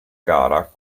gara